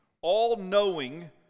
all-knowing